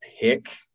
pick